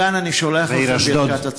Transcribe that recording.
מכאן אני שולח לכם ברכת הצלחה.